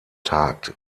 tagt